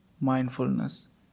Mindfulness